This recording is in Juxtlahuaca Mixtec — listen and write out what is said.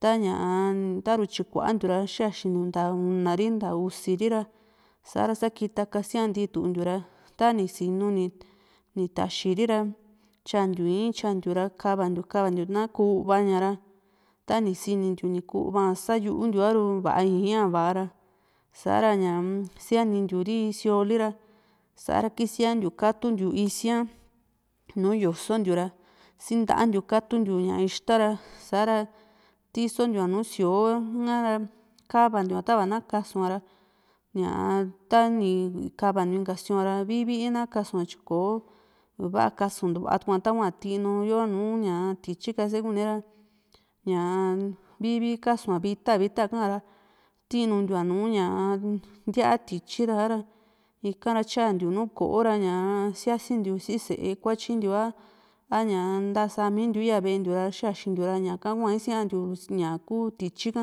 ta´ña ta tyikuantiu ra kaxintiu nta una ri nta usi rira sa kita kasiaa ntituntiu ra tani sinu ni ni taxiri ra tyantiu ii´ntyantiu ra kava ntiu kava ntiu tava na kuu ú´vaña ra tani sinintiu ni ku ú´vaña saa yuntiua a´ru va´a ii´n va´a ra sa´ra usianintiu ro siooli ra sa´ra kisiantiu katuntiu isiaa´n nùù yosontiu ra si nta´a ntiu katuntiu ixta ra sa´ra tisontiua nùù síoo na´ra kavantiua tava na kasua ra ña ta´ni kavantiu inka sioora vi´vi na kasua tyi ko i´vaa kasuntua tahua na tinuyo tityi kase kune ra ña vi´vi kasua vita vita kaara tinuntiua nùù ntíaa tityi ra sa´ra ika ra tyantiu nùù ko´o ra ñaa siasintiu si sée kuatyi ntiua ñaa ntaasa míntiu yaa ve´e ntiu ra xaxintiu ra ñaka hua isiaantiu ñaku tityi ka.